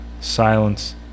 silence